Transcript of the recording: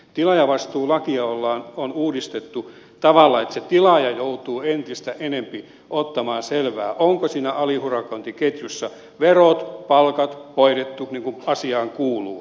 tilaajavastuulakia on uudistettu tavalla että se tilaaja joutuu entistä enempi ottamaan selvää onko siinä aliurakointiketjussa verot palkat hoidettu niin kuin asiaan kuuluu